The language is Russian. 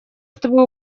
чтобы